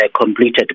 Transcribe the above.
completed